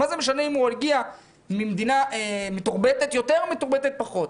מה זה משנה אם הוא הגיע ממדינה מתורבתת יותר או מתורבתת פחות.